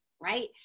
right